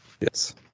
Yes